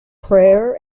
prayer